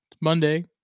Monday